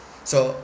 so